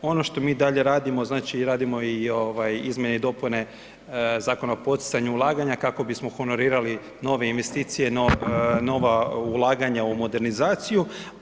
Ono što mi dalje radimo znači radimo i izmjene i dopune Zakona o poticanju ulaganja kako bismo honorirali nove investicije, nova ulaganja u modernizaciju.